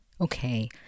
Okay